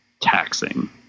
taxing